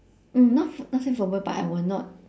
mm not ph~ not say phobia but I will not